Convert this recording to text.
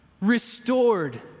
restored